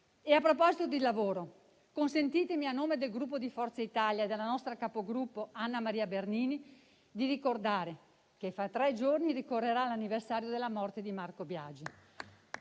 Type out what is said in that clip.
A proposito di lavoro, consentitemi di ricordare, a nome del Gruppo Forza Italia e della nostra capogruppo Anna Maria Bernini, che fra tre giorni ricorrerà l'anniversario della morte di Marco Biagi.